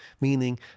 meaning